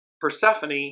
Persephone